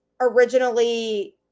originally